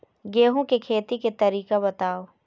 गेहूं के खेती के तरीका बताव?